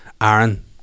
Aaron